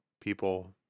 people